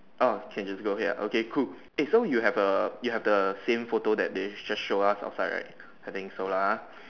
orh can just go here okay cool eh so you have a you have the same photo that they just show us outside right I think so lah